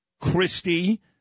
Christie